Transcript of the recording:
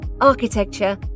architecture